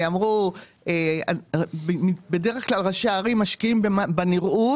אמרו שבדרך כלל ראשי הערים משקיעים בנראות